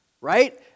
Right